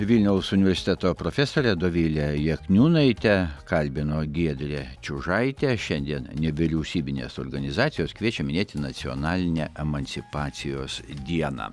vilniaus universiteto profesorę dovilę jakniūnaitę kalbino giedrė čiužaitė šiandien nevyriausybinės organizacijos kviečia minėti nacionalinę emancipacijos dieną